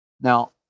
Now